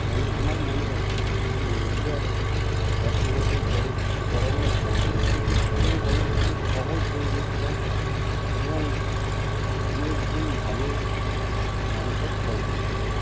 মনে আমার মনে হচ্ছে যে ইতিহাসটি একশো বছর পরে পড়ানো এখনের থেকে অনেক অনেক গুণ সহজ হয়ে যেতে পারে এবং অনেক গুণ ভালো মানুষের ফল দিতে পারে